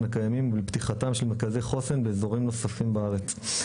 הקיימים ולפתיחתם של מרכזי חוסן באזורים נוספים בארץ.